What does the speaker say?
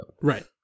right